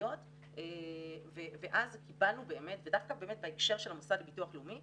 החברתיות דווקא באמת בהקשר של המוסד לביטוח לאומי,